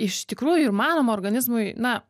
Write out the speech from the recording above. iš tikrųjų įmanoma organizmui na